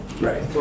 Right